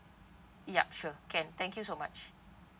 yup sure can thank you so much